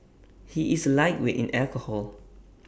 he is A lightweight in alcohol